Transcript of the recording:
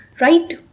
right